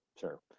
Sure